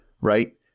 right